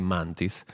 Mantis